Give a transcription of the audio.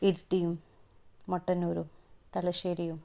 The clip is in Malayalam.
ഇരിട്ടിയും മട്ടന്നൂരും തലശ്ശേരിയും